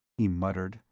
he muttered,